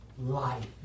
life